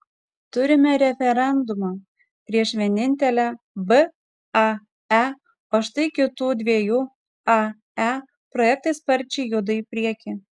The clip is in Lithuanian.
turime referendumą prieš vienintelę vae o štai kitų dviejų ae projektai sparčiai juda į priekį